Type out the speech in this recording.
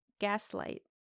Gaslight